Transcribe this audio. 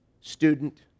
Student